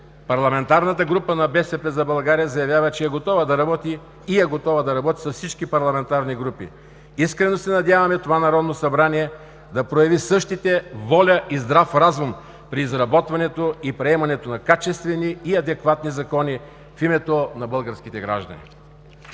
Парламентарната група на БСП за България заявява, че е готова да работи и е готова да работи с всички парламентарни групи. Искрено се надяваме това Народно събрание да прояви същите воля и здрав разум при изработването и приемането на качествени и адекватни закони в името на българските граждани.